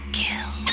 kill